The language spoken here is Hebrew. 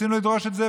רצינו לדרוש את זה,